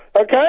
Okay